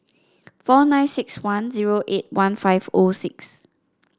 four nine six one zero eight one five O six